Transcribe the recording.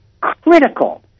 critical